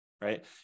right